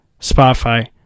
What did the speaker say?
Spotify